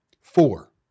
Four